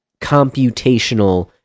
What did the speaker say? computational